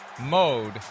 mode